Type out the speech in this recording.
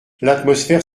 l’atmosphère